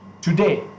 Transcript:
today